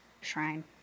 shrine